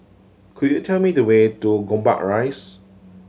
could you tell me the way to Gombak Rise